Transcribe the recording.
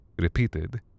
repeated